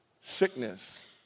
sickness